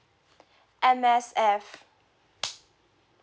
M_S_F